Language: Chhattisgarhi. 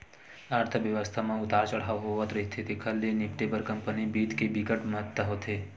अर्थबेवस्था म उतार चड़हाव होवथ रहिथे तेखर ले निपटे बर कंपनी बित्त के बिकट महत्ता होथे